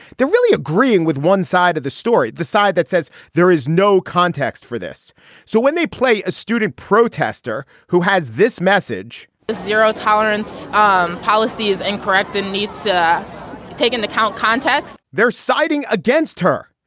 they're really agreeing with one side of the story. the side that says there is no context for this so when they play a student protester who has this message the zero tolerance um policy is incorrect and needs to be taken account context they're siding against her.